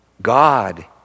God